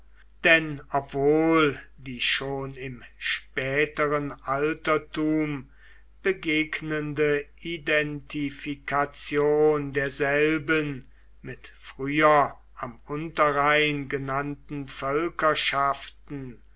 denn obwohl die schon im späteren altertum begegnende identifikation derselben mit früher am unterrhein genannten